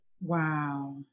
Wow